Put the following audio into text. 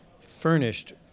furnished